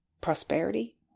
prosperity